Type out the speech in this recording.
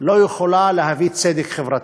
לא יכולה להביא צדק חברתי.